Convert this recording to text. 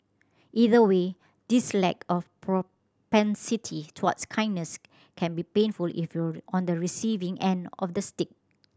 either way this lack of propensity towards kindness can be painful if you're on the receiving end of the stick